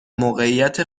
موقعیت